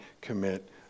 commit